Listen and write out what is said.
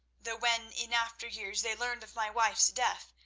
though when in after years they learned of my wife's death,